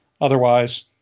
otherwise